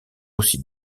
aussi